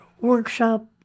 workshop